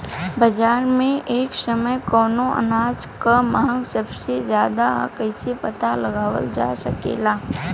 बाजार में एक समय कवने अनाज क मांग सबसे ज्यादा ह कइसे पता लगावल जा सकेला?